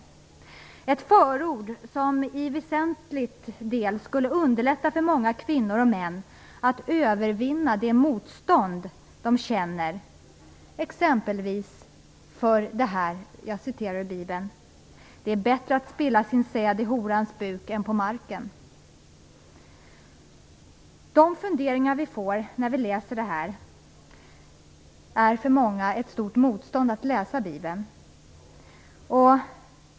Det är ett förord som väsentligt skulle underlätta för många kvinnor och män att övervinna de motstånd de känner, exempelvis inför det följande som står i bibeln: Det är bättre att spilla sin säd i horans buk än på marken. De funderingar vi får när vi läser detta ger för många ett stort motstånd att läsa bibeln.